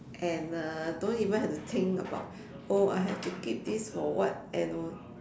and uh don't even have to think about oh I have to keep this for what and all